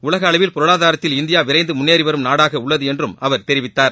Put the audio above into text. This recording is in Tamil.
உலகளவில் பொருளாதாரத்தில் இந்தியா விரைந்து முன்னேறி வரும் நாடாக உள்ளது என்றும் அவர் தெரிவித்தார்